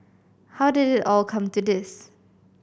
how did it all come to this